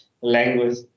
language